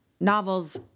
novels